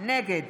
נגד